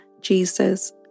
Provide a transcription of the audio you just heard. Jesus